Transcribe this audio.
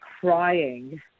crying